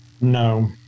No